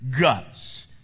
guts